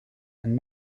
and